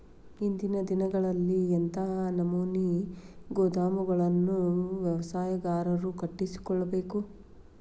ಇಂದಿನ ದಿನಗಳಲ್ಲಿ ಎಂಥ ನಮೂನೆ ಗೋದಾಮುಗಳನ್ನು ವ್ಯವಸಾಯಗಾರರು ಕಟ್ಟಿಸಿಕೊಳ್ಳಬೇಕು?